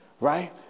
right